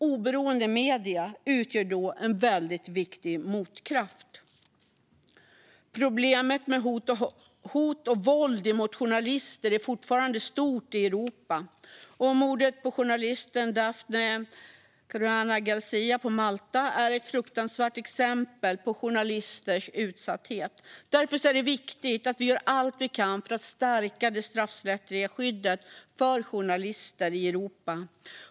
Oberoende medier utgör då en mycket viktig motkraft. Problemet med hot och våld mot journalister är fortfarande stort i Europa. Mordet på journalisten Daphne Caruana Galizia på Malta är ett fruktansvärt exempel på journalisters utsatthet. Därför är det viktigt att vi gör allt vi kan för att stärka det straffrättsliga skyddet för journalister i Europa.